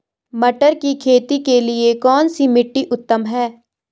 मटर की खेती के लिए कौन सी मिट्टी उत्तम है?